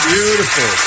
Beautiful